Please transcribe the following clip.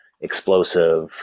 explosive